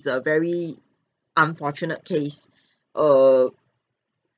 it's a very unfortunate case err